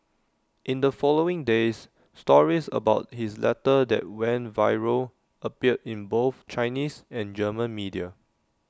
in the following days stories about his letter that went viral appeared in both Chinese and German media